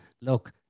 look